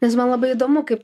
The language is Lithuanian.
nes man labai įdomu kaip